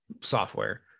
software